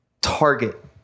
target